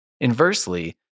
Inversely